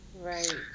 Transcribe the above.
Right